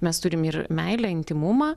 mes turim ir meilę intymumą